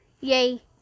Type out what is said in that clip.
Yay